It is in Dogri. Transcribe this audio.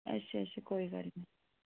अच्छा अच्छा कोई गल्ल नीं